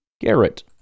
Garrett